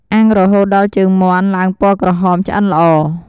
អាំងរហូតដល់ជើងមាន់ឡើងពណ៌ក្រហមឆ្អិនល្អ។